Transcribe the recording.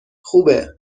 خوبه